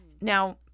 Now